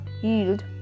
yield